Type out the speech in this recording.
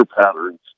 patterns